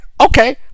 Okay